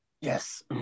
Yes